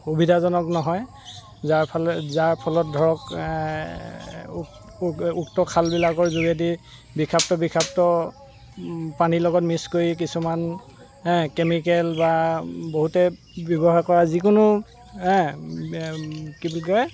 সুবিধাজনক নহয় যাৰ ফলত যাৰ ফলত ধৰক উক্ত খালবিলাকৰ যোগেদি বিষাক্ত বিষাক্ত পানীৰ লগত মিক্স কৰি কিছুমান কেমিকেল বা বহুতে ব্যৱহাৰ কৰা যিকোনো কি বুলি কয়